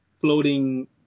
floating